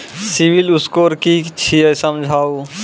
Civil score कि छियै समझाऊ?